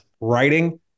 writing